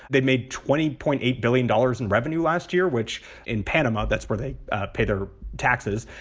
they made twenty point eight billion dollars in revenue last year, which in panama. that's where they pay their taxes.